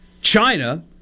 China